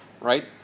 right